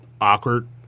awkward